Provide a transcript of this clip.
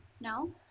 No